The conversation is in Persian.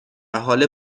حال